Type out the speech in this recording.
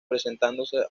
presentándose